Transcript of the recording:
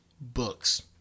Books